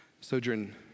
Sojourn